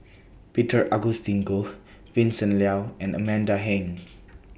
Peter Augustine Goh Vincent Leow and Amanda Heng